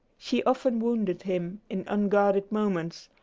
she often wounded him in unguarded moments,